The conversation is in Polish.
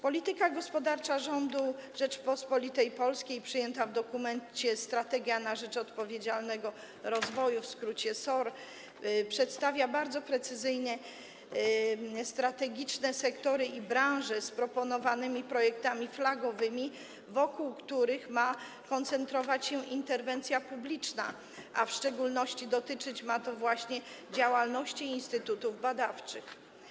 Polityka gospodarcza rządu Rzeczypospolitej Polskiej przyjęta w dokumencie: strategia na rzecz odpowiedzialnego rozwoju, w skrócie: SOR, przedstawia bardzo precyzyjnie strategiczne sektory i branże, z proponowanymi projektami flagowymi, wokół których ma koncentrować się interwencja publiczna, a w szczególności dotyczyć ma to właśnie działalności instytutów badawczych.